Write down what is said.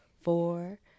four